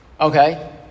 okay